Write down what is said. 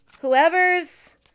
whoever's